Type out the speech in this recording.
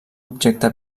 objecte